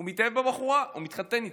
הוא מתאהב בבחורה, הוא מתחתן איתה.